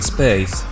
Space